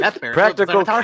Practical